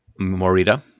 Morita